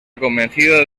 convencido